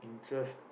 just